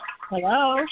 Hello